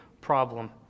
problem